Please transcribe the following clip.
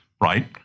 Right